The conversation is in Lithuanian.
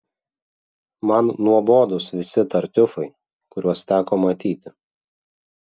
man nuobodūs visi tartiufai kuriuos teko matyti